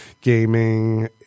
gaming